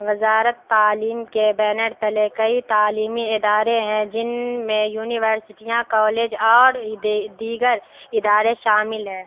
وزارت تعلیم کے بینر تلے کئی تعلیمی ادارے ہیں جن میں یونیورسٹیاں کالج اور دیگر ادارے شامل ہے